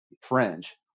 fringe